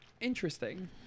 Interesting